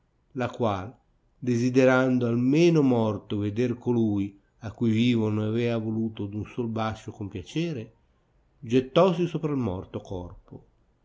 la qual desiderando almeno morto veder colui a cui vivo non aveva voluto d'un sol bascio compiacere gettossi sopra il morto corpo